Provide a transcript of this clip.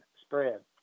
spread